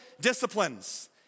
disciplines